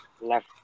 left